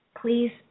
please